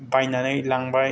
बायनानै लांबाय